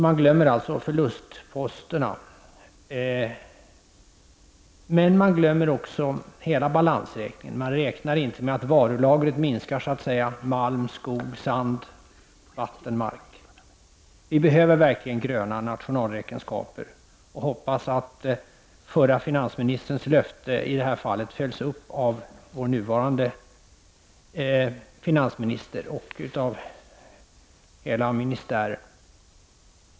Man glömmer alltså bort förlustposterna, men man glömmer också hela balansräkningen, man räknar inte med att varulagret bestående av malm, skog, sand, vatten och mark minskar. Vi behöver verkligen gröna nationalräkenskaper, och jag hoppas att den förre finansministerns löfte i detta fall följs upp av vår nuvarande finansminister och av hela ministären.